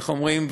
איך אומרים,